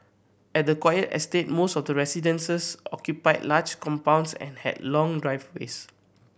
at the quiet estate most of the residences occupied large compounds and had long driveways